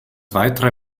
weitere